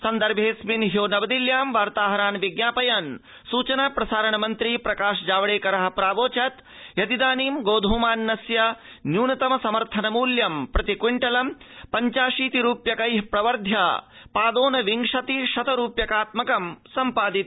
सन्दर्भेंऽस्मिन् ह्यो नव दिल्ल्यां वार्ताहरान् विज्ञापयन् सूचना प्रसारण मन्त्री प्रकाश जावड़ेकर प्रावोचत् यदिदानीं गोध्मस्य न्यूनतम समर्थन मूल्यं प्रति क्विंटल पञचाशीति रूपयकै प्रवर्ध्य सपादोन विंशति शत रूप्यकात्मकं सम्पादितमस्ति